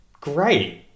Great